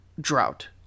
drought